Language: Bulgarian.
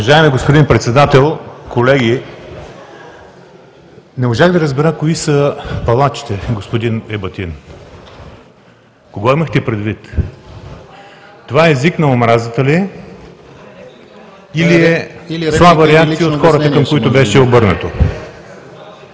Уважаеми господин Председател, колеги! Не можах да разбера кои са палачите, господин Ебатин? Кого имахте предвид? Това език на омразата ли е, или е слаба реакция от хората, към които беше обърнато?